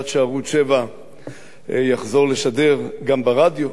עד שערוץ-7 יחזור לשדר גם ברדיו,